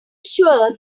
sure